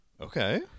okay